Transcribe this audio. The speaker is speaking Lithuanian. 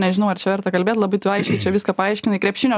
nežinau ar čia verta kalbėt labai tu aiškiai čia viską paaiškinai krepšinio